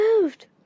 moved